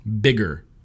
bigger